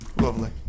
Lovely